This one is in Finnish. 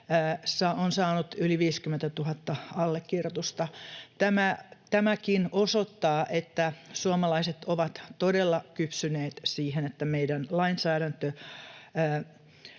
on saanut yli 50 000 allekirjoitusta. Tämäkin osoittaa, että suomalaiset ovat todella kypsyneet siihen, että meidän lainsäädäntömme